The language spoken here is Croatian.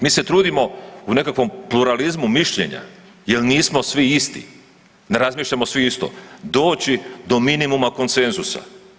Mi se trudimo u nekakvom pluralizmu mišljenja jel nismo svi isti, ne razmišljamo svi isto, doći do minimuma konsenzusa.